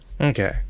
Okay